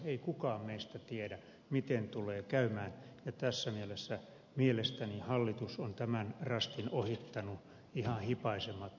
ei kukaan meistä tiedä miten tulee käymään ja tässä mielessä mielestäni hallitus on tämän rastin ohittanut ihan hipaisematta